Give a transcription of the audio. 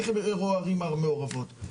איך ייראו הערים המעורבות.